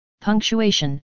Punctuation